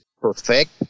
perfect